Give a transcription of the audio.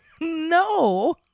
no